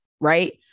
right